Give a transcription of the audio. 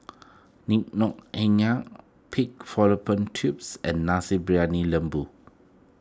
Ngoh Hiang Pig Fallopian Tubes and Nasi Briyani Lembu